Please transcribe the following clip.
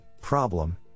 problem